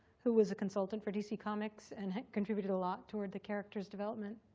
who was a consultant for dc comics and contributed a lot toward the character's development.